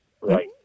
Right